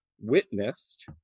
witnessed